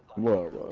blow